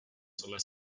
solar